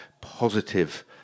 positive